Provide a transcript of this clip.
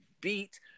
beat